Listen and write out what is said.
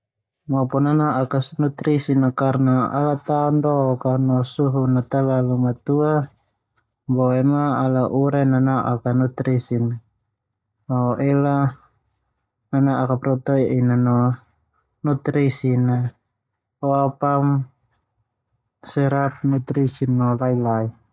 Mopo nana'ak a nutrisi karna ala tao dook a no suhu a talalu matua boema ala urai nana'ak a nutrisi ho ela nana'ak protein na supaya o ao pam ma ana serap nutrisi no lalai.